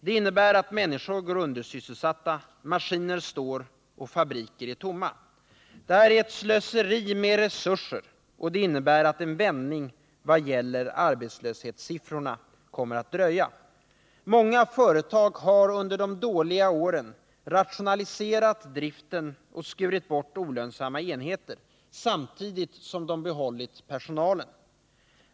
Det innebär att människor går undersysselsatta, maskiner står och fabriker är tomma. Detta är ett slöseri med resurser och innebär att en vändning vad gäller arbetslöshetssiffrorna kommer att dröja. Många företag har under de dåliga åren rationaliserat driften och skurit bort olönsamma enheter, samtidigt som de behållit personalen.